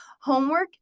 homework